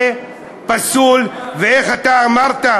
זה פסול, ואיך אתה אמרת?